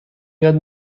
یاد